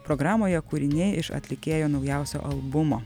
programoje kūriniai iš atlikėjo naujausio albumo